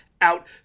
out